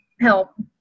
help